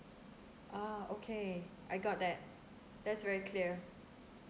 ah okay I got that that's very clear